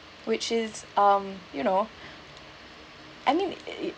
which is um you know anyway